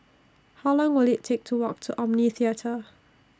How Long Will IT Take to Walk to Omni Theatre